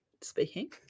speaking